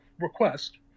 request